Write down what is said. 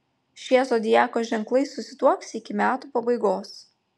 šie zodiako ženklai susituoks iki metų pabaigos